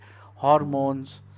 hormones